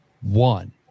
one